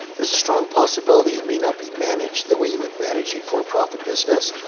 there's a strong possibility it may not be managed the way you would manage a for-profit business.